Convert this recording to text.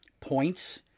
points